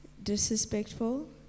Disrespectful